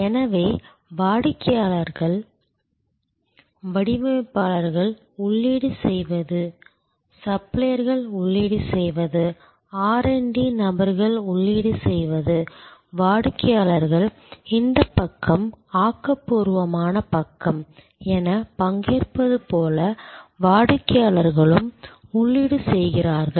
எனவே வடிவமைப்பாளர்கள் உள்ளீடு செய்வது சப்ளையர்கள் உள்ளீடு செய்வது ஆர் டி நபர்கள் உள்ளீடு செய்வது வாடிக்கையாளர்கள் இந்தப் பக்கம் ஆக்கப்பூர்வமான பக்கம் எனப் பங்கேற்பது போல வாடிக்கையாளர்களும் உள்ளீடு செய்கிறார்கள்